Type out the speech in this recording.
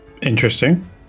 Interesting